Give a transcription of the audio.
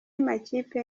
makipe